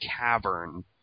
cavern